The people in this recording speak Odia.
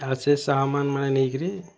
ଆଉ ସେ ସାମାନ୍ମାନେ ନେଇକିରି